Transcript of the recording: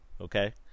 Okay